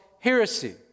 heresy